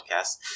podcast